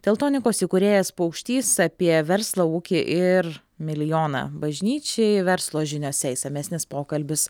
teltonikos įkūrėjas paukštys apie verslą ūkį ir milijoną bažnyčiai verslo žiniose išsamesnis pokalbis